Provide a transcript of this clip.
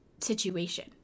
situation